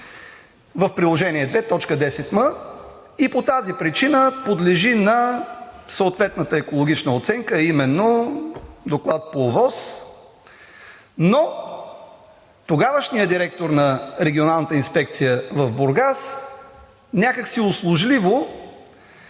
в Приложение № 2, т. 10м и по тази причина подлежи на съответната екологична оценка, а именно Доклад по ОВОС. Тогавашният директор на Регионалната инспекция в Бургас някак си услужливо